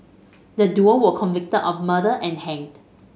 the duo were convicted of murder and hanged